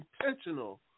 intentional